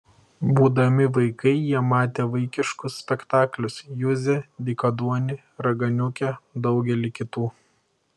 būdami vaikai jie matė vaikiškus spektaklius juzę dykaduonį raganiukę daugelį kitų